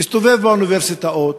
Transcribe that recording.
יסתובב באוניברסיטאות.